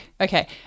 Okay